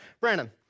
Brandon